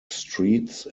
streets